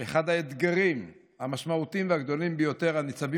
שאחד האתגרים המשמעותיים והגדולים ביותר הניצבים